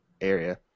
area